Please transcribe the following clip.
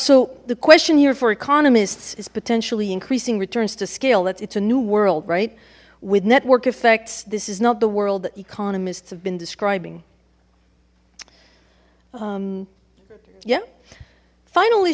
so the question here for economists is potentially increasing returns to scale that it's a new world right with network effects this is not the world that economists have been describing yeah final